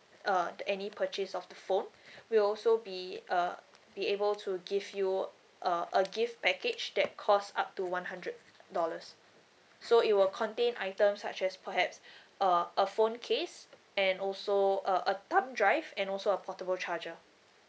uh any purchase of the phone we'll also be uh be able to give you uh a gift package that cause up to one hundred dollars so it will contain items such as perhaps uh a phone case and also uh a thumb drive and also a portable charger